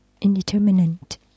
Indeterminate